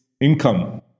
income